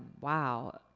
wow,